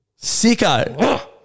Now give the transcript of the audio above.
sicko